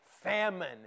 famine